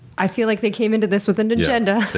i feel like they came into this with an agenda.